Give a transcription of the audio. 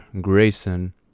Grayson